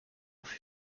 fut